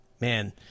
man